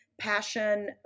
passion